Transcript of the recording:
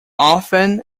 often